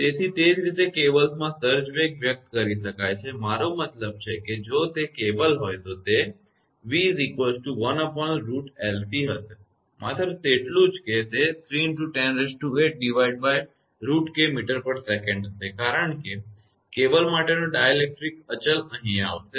તેથી તે જ રીતે કેબલ્સમાં સર્જ વેગ વ્યક્ત કરી શકાય છે મારો મતલબ કે જો તે કેબલ હોય તો તે 𝑣 1√𝐿𝐶 હશે માત્ર એટલું જ કે તે 3×108√𝑘 mtsec હશે કારણ કે કેબલ માટેનો ડાઇલેક્ટ્રિક અચલ અહીં આવશે